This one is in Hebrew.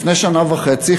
לפני שנה וחצי,